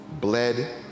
Bled